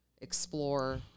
explore